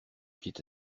pied